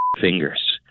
fingers